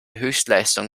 höchstleistung